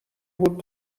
بود